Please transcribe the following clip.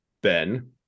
Ben